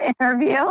interview